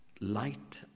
light